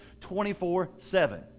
24-7